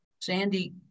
Sandy